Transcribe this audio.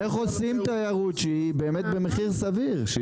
איך עושים תיירות שהיא באמת במחיר סביר?